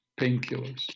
painkillers